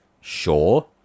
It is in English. sure